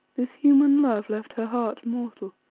this human love left her heart mortal,